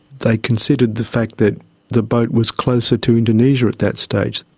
they considered the fact that the boat was closer to indonesia at that stage.